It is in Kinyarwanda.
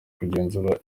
kugenzura